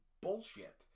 bullshit